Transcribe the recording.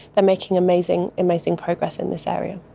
they are making amazing amazing progress in this area.